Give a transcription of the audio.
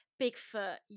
Bigfoot